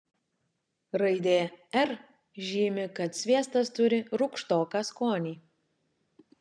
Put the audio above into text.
raidė r žymi kad sviestas turi rūgštoką skonį